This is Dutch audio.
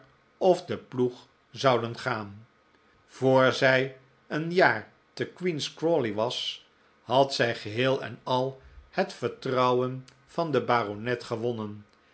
of den ploeg zouden gaan voor zij een jaar te queen's crawley was had zij geheel en al het vertrouwen van den baronet gewonnen